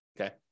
okay